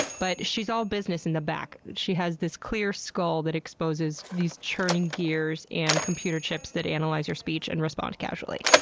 but, she's all business in the back. she has this clear skull that exposes these churning gears and computer chips that analyze your speech and responding casually.